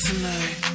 Tonight